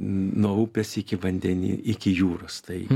nuo upės iki vandeny iki jūros tai